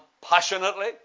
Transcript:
passionately